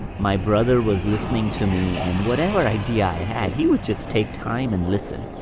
my brother was listening to me. and whatever idea i had, he would just take time and listen.